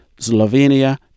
Slovenia